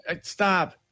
Stop